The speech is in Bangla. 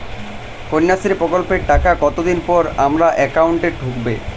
কন্যাশ্রী প্রকল্পের টাকা কতদিন পর আমার অ্যাকাউন্ট এ ঢুকবে?